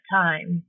time